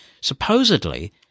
supposedly